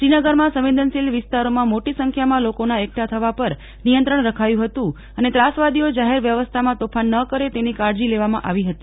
શ્રીનગરમાં સંવેદનસીલ વિસ્તારોમાં મોટી સંખ્યામાં લોકોના એકઠા થવા પર નિયંત્રણ રખાયું હતું અને ત્રાસવાદીઓ જાહેર વ્યવસ્થામાં તોફાન ન કરે તેની કાળજી લેવામાં આવી હતી